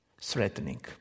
threatening